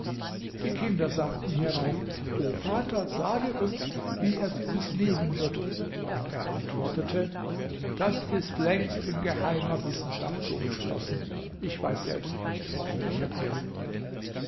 die kinder sagten hierauf o vater sage uns wie er sie uns nehmen wird und er antwortete das ist längst in geheimer wissenschaft so beschlossen ich weiß selbst nicht auf welche weise